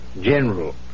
General